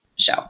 show